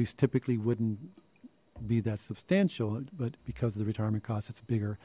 crease typically wouldn't be that substantial but because the retirement cost it's bigger